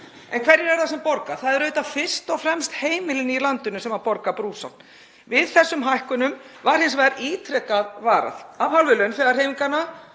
En hverjir eru það sem borga? Það eru auðvitað fyrst og fremst heimilin í landinu sem borga brúsann. Við þessum hækkunum var hins vegar ítrekað varað af hálfu launþegahreyfinganna,